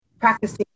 practicing